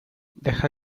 deja